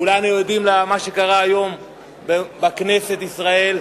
כולנו יודעים מה קרה היום בכנסת ישראל,